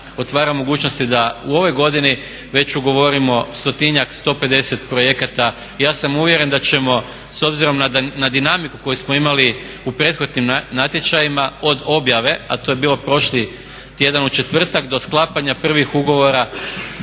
otvara mogućnosti da u ovoj godini već ugovorimo stotinjak, 150 projekata. I ja sam uvjeren da ćemo s obzirom na dinamiku koju smo imali u prethodnim natječajima od objave a to je bilo prošli tjedan u četvrtak do sklapanja prvih ugovora